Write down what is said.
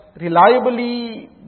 reliably